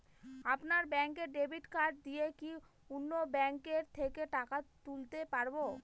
আপনার ব্যাংকের debit card দিয়ে কি অন্য ব্যাংকের থেকে টাকা তুলতে পারবো?